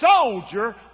soldier